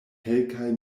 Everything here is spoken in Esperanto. kelkaj